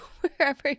wherever